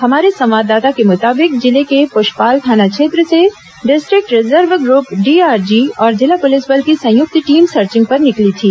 हमारे संवाददाता के मुताबिक जिले के पुष्पाल थाना क्षेत्र से डिस्ट्रिक्ट रिजर्व ग्रूप डीआरजी और जिला पुलिस बल की संयुक्त टीम सर्चिंग पर निकली थी